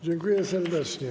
Dziękuję serdecznie.